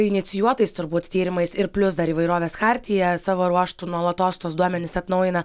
inicijuotais turbūt tyrimais ir plius dar įvairovės chartija savo ruožtu nuolatos tuos duomenis atnaujina